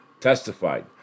testified